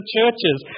churches